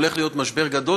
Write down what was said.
הולך להיות משבר גדול.